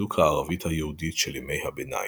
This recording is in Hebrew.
דקדוק הערבית-היהודית של ימי-הביניים,